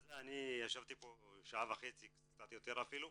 ישבתי פה שעה וחצי וקצת יותר אפילו,